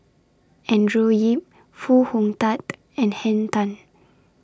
Andrew Yip Foo Hong Tatt and Henn Tan